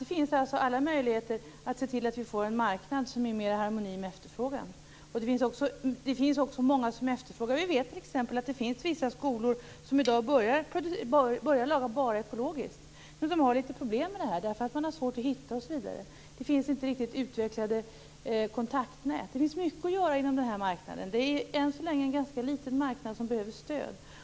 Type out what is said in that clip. Det finns alltså alla möjligheter att se till att vi får en marknad som är mer i harmoni med efterfrågan. Vissa skolor börjar i dag laga mat av bara ekologiskt odlade produkter, men de har problem med att hitta sådana. Det finns inte utvecklade kontaktnät. Det finns mycket att göra på den här marknaden. Det är än så länge en ganska liten marknad, som behöver stöd.